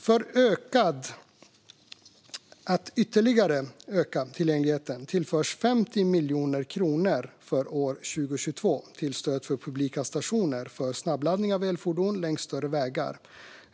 För att ytterligare öka tillgängligheten tillförs 50 miljoner kronor för år 2022 till stöd till publika stationer för snabbladdning av elfordon längs större vägar.